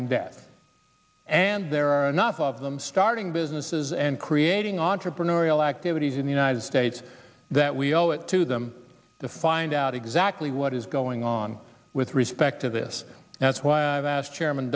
and death and there are enough of them starting businesses and creating entrepreneurial activities in the united states that we owe it to them to find out exactly what is going on with respect to this and that's why i've asked chairman